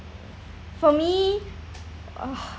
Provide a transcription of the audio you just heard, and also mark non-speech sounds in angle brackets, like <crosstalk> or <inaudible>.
for me uh <breath>